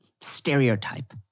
stereotype